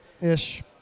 Ish